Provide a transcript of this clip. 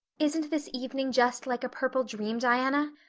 isn't this evening just like a purple dream, diana?